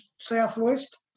southwest